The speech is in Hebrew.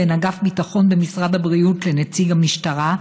במשותף אגף ביטחון במשרד הבריאות ונציג המשטרה,